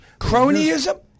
Cronyism